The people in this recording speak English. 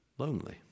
lonely